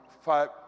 five